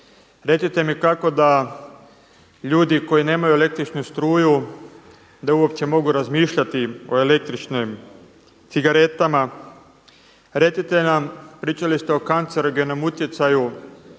Recite mi kako da ljudi koji nemaju električnu struju da uopće mogu razmišljati o električnim cigaretama? Recite nam, pričali ste o kancerogenom utjecaju,